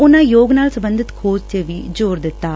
ਉਨੂਾ ਯੋਗ ਨਾਲ ਸਬੰਧਤ ਖੋਜ ਤੇ ਵੀ ਜ਼ੋਰ ਦਿੱਤੈ